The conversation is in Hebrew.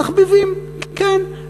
תחביבים, כן.